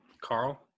carl